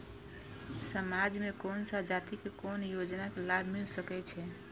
समाज में कोन सा जाति के कोन योजना के लाभ मिल सके छै?